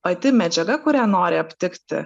pati medžiaga kurią nori aptikti